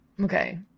Okay